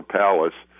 palace